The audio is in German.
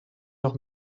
noch